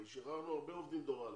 שחררנו הרבה עובדים דור א'